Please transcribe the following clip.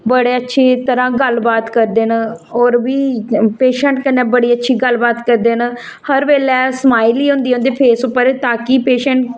बडे़ अच्छी तरह गल्ल बात करदे ना औऱ बी पेशेंट कन्नै बड़ी अच्छी गल्ल बात करदे ना हर बेल्लै समाइल गै होंदी उंदे फेस उप्पर ता कि पेशैंट